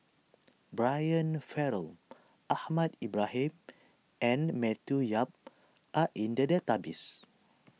Brian Farrell Ahmad Ibrahim and Matthew Yap are in the database